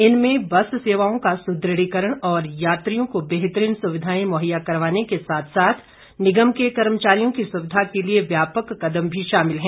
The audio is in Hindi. इनमें बस सेवाओं का सुदृढ़ीकरण और यात्रियों को बेहतरीन सुविधाएं मुहैया करवाने के साथ साथ निगम के कर्मचारियों की सुविधा के लिए व्यापक कदम भी शामिल है